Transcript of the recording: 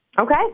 Okay